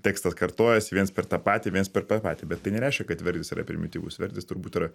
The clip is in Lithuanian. tekstas kartojasi viens per tą patį viens per tą patį bet tai nereiškia kad verdis yra primityvus verdis turbūt yra